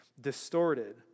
distorted